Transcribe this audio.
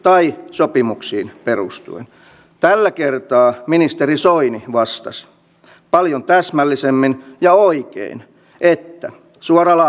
viimeisenä vaiheena oleva erica järjestelmän käyttöönotto on ikävä kyllä viivästynyt ja sen kustannukset ovat nousseet